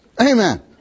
Amen